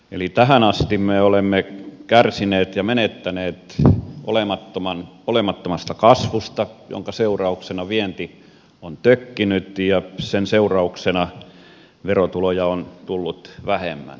eli tähän asti me olemme kärsineet ja menettäneet olemattomasta kasvusta jonka seurauksena vienti on tökkinyt ja sen seurauksena verotuloja on tullut vähemmän